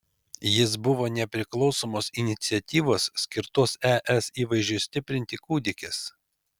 jis buvo nepriklausomos iniciatyvos skirtos es įvaizdžiui stiprinti kūdikis